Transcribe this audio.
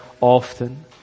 often